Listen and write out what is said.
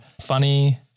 funny